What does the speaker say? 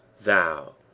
thou